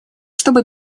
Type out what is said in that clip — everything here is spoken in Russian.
чтобы